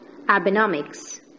Abenomics